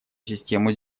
систему